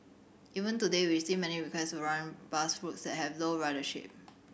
even today we receive many requests run bus routes that have low ridership